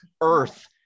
earth